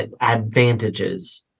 advantages